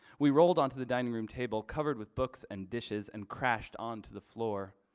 we rolled onto the dining room table covered with books and dishes and crashed onto the floor.